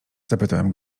zapytałem